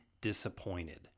disappointed